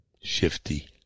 shifty